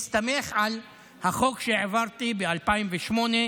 מסתמך על החוק שהעברתי ב-2008,